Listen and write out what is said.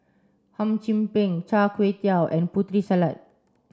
Hum Chim Peng Char Kway Teow and Putri Salad